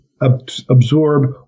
absorb